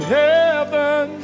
heaven